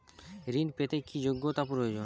ঋণ পেতে কি যোগ্যতা প্রয়োজন?